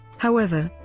however,